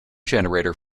generator